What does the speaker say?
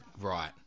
Right